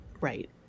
Right